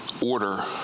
order